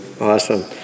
Awesome